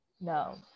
No